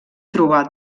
trobar